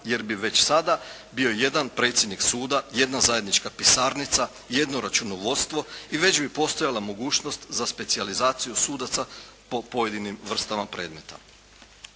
jer bi već sada bio jedan predsjednik suda, jedna zajednička pisarnica, jedno računovodstvo i već bi postojala mogućnost za specijalizaciju sudaca po pojedinim vrstama predmeta.